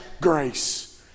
grace